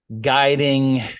guiding